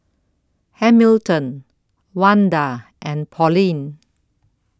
Hamilton Wanda and Pauline